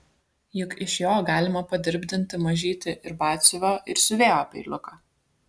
juk iš jo galima padirbdinti mažytį ir batsiuvio ir siuvėjo peiliuką